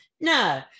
No